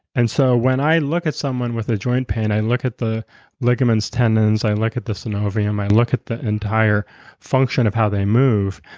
and so when i look at someone with a joint pain, i look at the ligaments tendons, i look at the synovium, i look at the entire function of how they move.